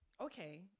Okay